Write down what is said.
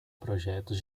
projetos